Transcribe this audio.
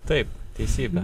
taip teisybė